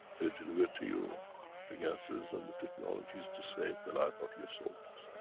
they deliver to you the ganses and the technologies to save the life of your soldiers.